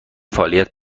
فعالیت